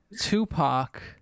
Tupac